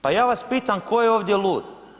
Pa ja vas pitam tko je ovdje lud?